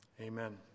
Amen